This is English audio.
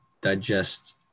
digest